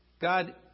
God